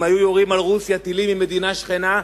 אם היו יורים על רוסיה טילים ממדינה שכנה,